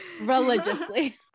Religiously